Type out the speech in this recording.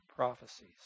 prophecies